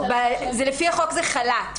לפי החוק זה חל"ת.